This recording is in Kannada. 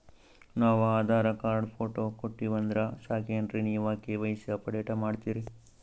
ನಾವು ಆಧಾರ ಕಾರ್ಡ, ಫೋಟೊ ಕೊಟ್ಟೀವಂದ್ರ ಸಾಕೇನ್ರಿ ನೀವ ಕೆ.ವೈ.ಸಿ ಅಪಡೇಟ ಮಾಡ್ತೀರಿ?